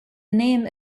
name